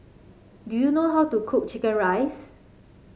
do you know how to cook chicken rice